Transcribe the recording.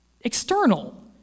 external